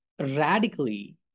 radically